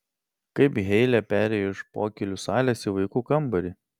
kaip heile perėjo iš pokylių salės į vaikų kambarį